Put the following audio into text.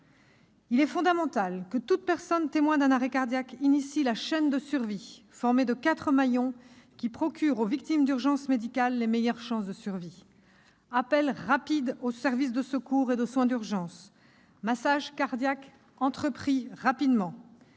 Il est fondamental que toute personne témoin d'un arrêt cardiaque initie la « chaîne de survie » formée de quatre maillons qui procurent aux victimes d'urgences médicales les meilleures chances de survie : appel rapide aux services de secours et de soins d'urgence ; massage cardiaque entrepris rapidement